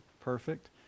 perfect